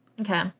okay